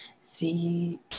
see